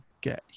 get